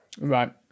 right